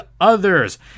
others